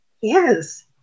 yes